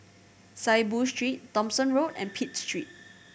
Saiboo Street Thomson Road and Pitt Street